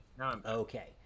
Okay